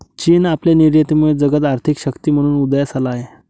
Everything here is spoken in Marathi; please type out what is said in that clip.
चीन आपल्या निर्यातीमुळे जगात आर्थिक शक्ती म्हणून उदयास आला आहे